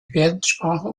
gebärdensprache